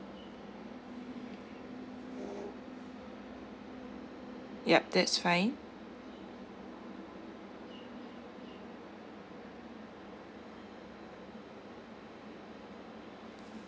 yup that's fine